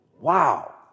Wow